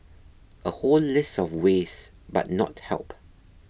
a whole list of ways but not help